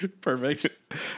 Perfect